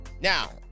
Now